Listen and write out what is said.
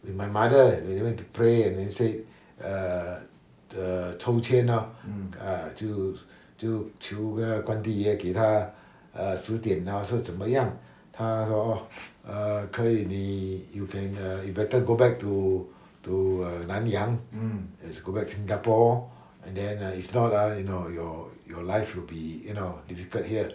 with my mother they went to pray and instead err the 抽签 lor ah 就就求那个关帝爷给他 uh 指点 lor 说怎么样他说 err 可以你 you can uh you better go back to to nanyang is go back singapore and then if not ah you know your your life will be you know difficult here